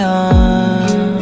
on